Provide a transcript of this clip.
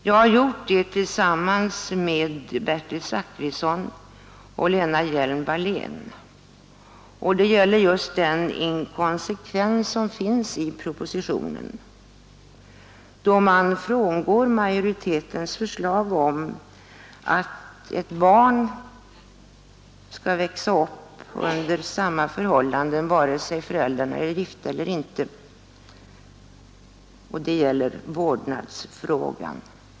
Jag har gjort det tillsammans med Bertil Zachrisson och Lena Hjelm-Wallén, och det gäller den inkonsekvens som finns i propositionen, då man frångår majoritetens förslag om att barn skall växa upp under samma förhållanden vare sig föräldrarna är gifta eller inte. Det rör sig alltså om vårdnadsfrågan.